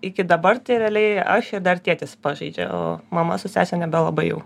iki dabar tai realiai aš ir dar tėtis pažaidžia o mama su sese nebelabai jau